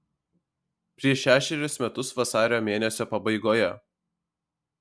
prieš šešerius metus vasario mėnesio pabaigoje